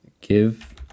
Give